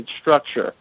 structure